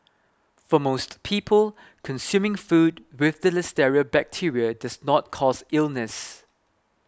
for most people consuming food with the listeria bacteria does not cause illness